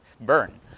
burn